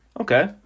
Okay